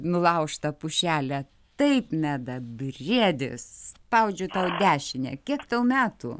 nulaužtą pušelę taip meda briedis spaudžiu tau dešinę kiek tau metų